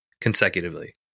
consecutively